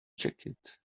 jacket